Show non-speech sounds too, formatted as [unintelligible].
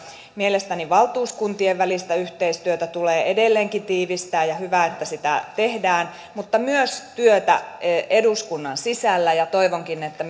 mielestäni valtuuskuntien välistä yhteistyötä tulee edelleenkin tiivistää ja hyvä että sitä tehdään mutta myös muuta työtä eduskunnan sisällä toivon että [unintelligible]